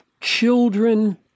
children